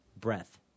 breath